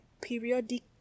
Periodic